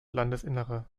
landesinnere